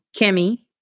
Kimmy